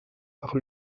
par